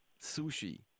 sushi